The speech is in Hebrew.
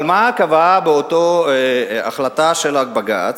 אבל מה קבעה אותה החלטה של בג"ץ?